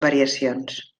variacions